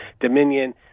Dominion